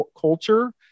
culture